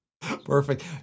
Perfect